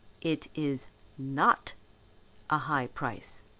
it is not a high price.